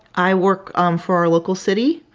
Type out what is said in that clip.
i work um for our local city,